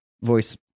voice